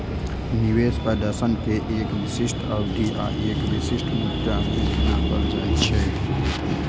निवेश प्रदर्शन कें एक विशिष्ट अवधि आ एक विशिष्ट मुद्रा मे नापल जाइ छै